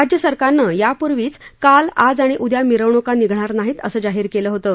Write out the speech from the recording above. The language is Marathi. राज्यसरकारनं यापूर्वीच काल आज आणि उद्या मिरवणुका निघणार नाहीत असं जाहीर केलं होतं